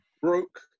broke